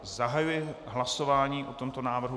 Zahajuji hlasování o tomto návrhu.